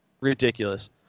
ridiculous